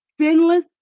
sinless